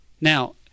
Now